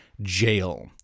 jail